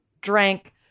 drank